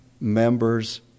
members